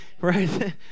right